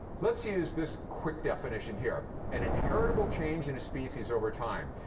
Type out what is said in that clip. let's use this quick definition here an inheritable change in a species over time.